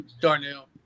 Darnell